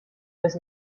was